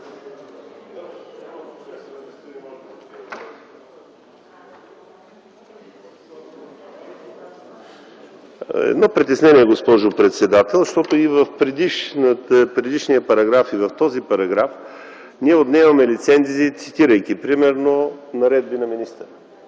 Едно притеснение, госпожо председател, защото и в предишния параграф, и в този параграф ние отнемаме лицензии, цитирайки примерно наредби на министъра.